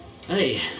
Hey